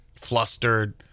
Flustered